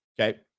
Okay